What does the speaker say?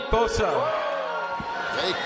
Bosa